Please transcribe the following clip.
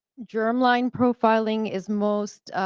germ line profiling is most